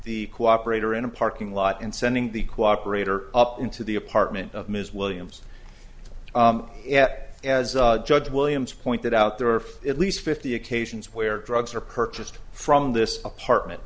the cooperator in a parking lot and sending the cooperate or up into the apartment of ms williams yet as judge williams pointed out there are at least fifty occasions where drugs are purchased from this apartment